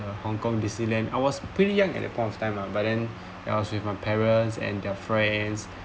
uh hongkong disneyland I was pretty young at that point of time lah but then I was with my parents and their friends